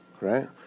right